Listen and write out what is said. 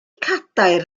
cadair